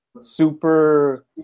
super –